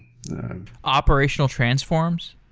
operational transforms?